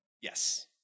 Yes